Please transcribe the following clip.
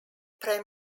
prem